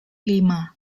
lima